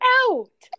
out